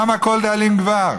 למה כל דאלים גבר?